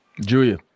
Julia